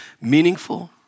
meaningful